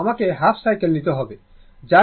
আমাকে half cycle নিতে হবে